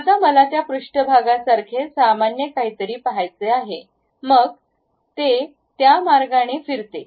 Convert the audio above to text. आता मला त्या पृष्ठभागासारखे सामान्य काहीतरी पहायचे आहे मग ते त्या मार्गाने फिरते